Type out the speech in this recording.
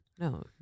No